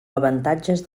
avantatges